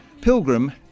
Pilgrim